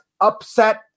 upset